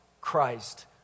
Christ